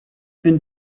une